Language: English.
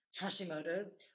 Hashimoto's